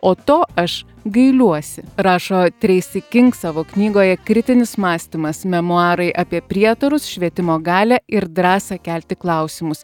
o to aš gailiuosi rašo treisi king savo knygoje kritinis mąstymas memuarai apie prietarus švietimo galią ir drąsą kelti klausimus